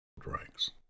drinks